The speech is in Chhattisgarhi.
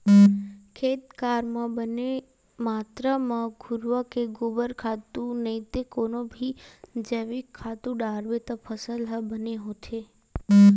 खेत खार म बने मातरा म घुरूवा के गोबर खातू नइते कोनो भी जइविक खातू डारबे त फसल ह बने होथे